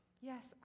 Yes